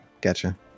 gotcha